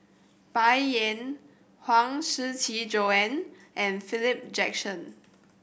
Bai Yan Huang Shiqi Joan and Philip Jackson